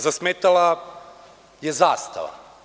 Zasmetala je zastava.